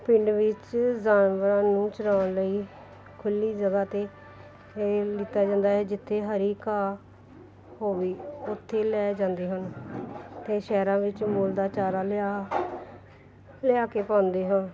ਪਿੰਡ ਵਿੱਚ ਜਾਨਵਰਾਂ ਨੂੰ ਚਰਾਉਣ ਲਈ ਖੁੱਲ੍ਹੀ ਜਗ੍ਹਾ 'ਤੇ ਦਿੱਤਾ ਜਾਂਦਾ ਹੈ ਜਿੱਥੇ ਹਰੀ ਘਾਹ ਹੋਵੇ ਉੱਥੇ ਲੈ ਜਾਂਦੇ ਹਨ ਅਤੇ ਸ਼ਹਿਰਾਂ ਵਿੱਚ ਮੁੱਲ ਦਾ ਚਾਰਾ ਲਿਆ ਲਿਆ ਕੇ ਪਾਉਂਦੇ ਹਾਂ